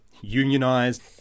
unionized